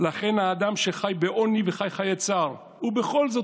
לכן האדם שחי בעוני וחי חיי צער ובכל זאת